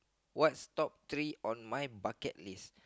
what's top three on my bucket list